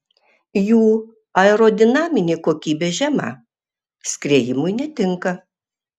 jų aerodinaminė kokybė žema skriejimui netinka